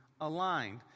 aligned